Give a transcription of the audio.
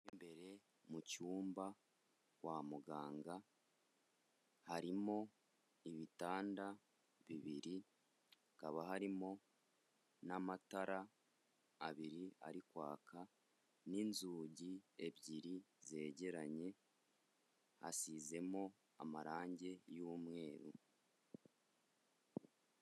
Imbere mu cyumba kwa muganga harimo ibitanda bibiri, hakaba harimo n'amatara abiri ari kwaka n'inzugi ebyiri zegeranye, hasizemo amarangi y'umweru.